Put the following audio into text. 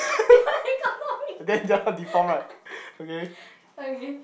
the other hand got no finger okay